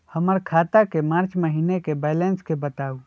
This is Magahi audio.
हमर खाता के मार्च महीने के बैलेंस के बताऊ?